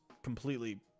completely